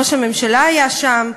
ראש הממשלה היה שם,